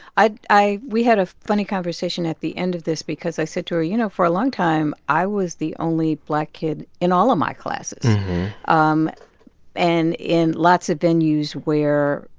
i i we had a funny conversation at the end of this because i said to her, you know, for a long time i was the only black kid in all of my classes um and in lots of venues where,